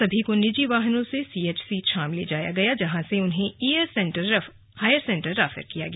सभी को निजी वाहनों से सीएचसी छाम ले जाया गया जहां से उन्हें हायर सेंटर रेफर किया गया